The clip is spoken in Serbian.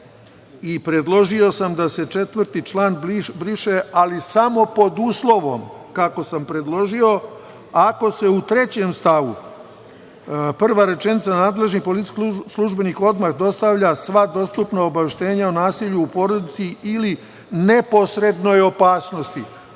i predložio sam da se 4. član briše, ali samo pod uslovom, kako sam predložio, ako se u trećem stavu prva rečenica „nadležni policijski službenik odmah dostavlja sva dostupna obaveštenja o nasilju u porodici ili neposrednoj opasnosti“.